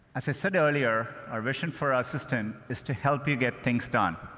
as i said earlier, our vision for our assistant is to help you get things done.